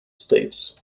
states